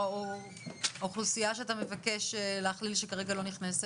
או האוכלוסייה שאתה מבקש להכליל שכרגע לא נכנסת?